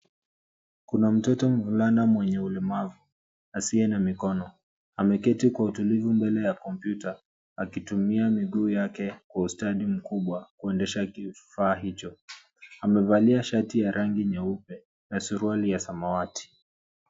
Kuna mtoto mvulana mwenye ulemavu, hasiye na mikono. Ameketi kwa utulivu mbele ya kompyuta akitumia miguu yake kwa ustadi mkubwa kuedesha kifaa hicho. Amevalia shati ya rangi nyeupe na suruali ya samawati.